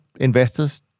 investors